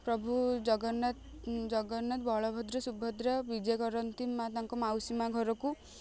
ପ୍ରଭୁ ଜଗନ୍ନାଥ ଜଗନ୍ନାଥ ବଳଭଦ୍ର ସୁଭଦ୍ରା ବିଜେ କରନ୍ତି ମାଁ ତାଙ୍କ ମାଉସୀ ମାଁ ଘରକୁ